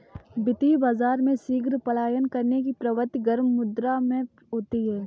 वित्तीय बाजार में शीघ्र पलायन करने की प्रवृत्ति गर्म मुद्रा में होती है